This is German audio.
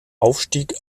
aufstieg